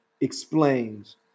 explains